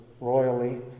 royally